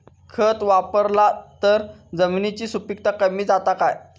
खत वापरला तर जमिनीची सुपीकता कमी जाता काय?